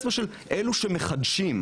אני אשמח לדווח ליושב-ראש הוועדה.